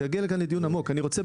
אני רוצה,